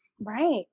Right